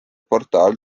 portaal